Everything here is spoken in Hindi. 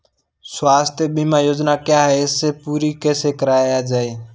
स्वास्थ्य बीमा योजना क्या है इसे पूरी कैसे कराया जाए?